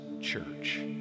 church